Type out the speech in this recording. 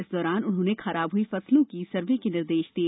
इस दौरान उन्होंने खराब हुई फसलों का सर्वे के निर्देष दिए